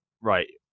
right